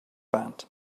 band